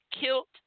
kilt